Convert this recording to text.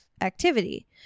activity